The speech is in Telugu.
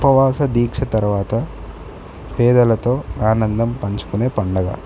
ఉపవాస దీక్ష తర్వాత పేదలతో ఆనందం పంచుకునే పండగ